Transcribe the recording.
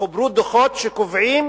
וחוברו דוחות שקובעים